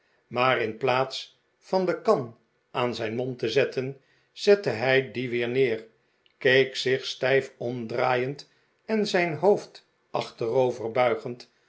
maar in plaats van de kan aan zijn mond te zetten zette hij die weer n'eer keek zich stijf omdraaiend en zijn hoofd